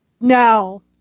no